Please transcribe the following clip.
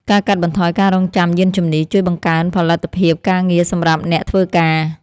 ការកាត់បន្ថយការរង់ចាំយានជំនិះ ជួយបង្កើនផលិតភាពការងារសម្រាប់អ្នកធ្វើការ។